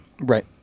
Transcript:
Right